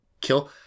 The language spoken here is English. kill